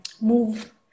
move